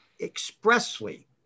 expressly